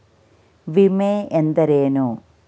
ವಿಮೆ ಎಂದರೇನು?